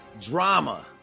drama